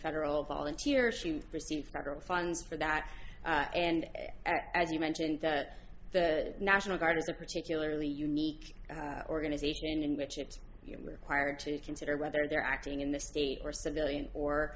federal volunteer she received federal funds for that and as you mentioned that the national guard is a particularly unique organization in which you require to consider whether they're acting in the state or civilian or